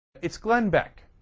it's going back